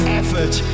effort